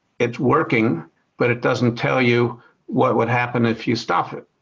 it's working but it doesn't tell you what would happen if you stop it.